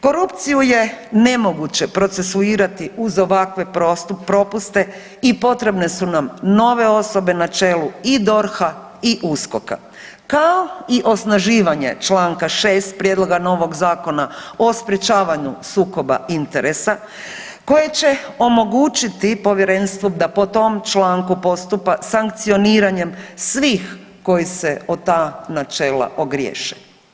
Korupciju je nemoguće procesuirati uz ovakve propuste i potrebne su nam nove osobe na čelu i DORH-a i USKOK-a kao i osnaživanje članka 6. Prijedloga novog Zakona o sprječavanju sukoba interesa koji će omogućiti Povjerenstvu da po tom članku postupa sankcioniranjem svih koji se o ta načela ogriješe.